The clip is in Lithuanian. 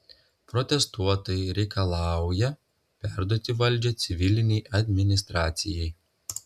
protestuotojai reikalauja perduoti valdžią civilinei administracijai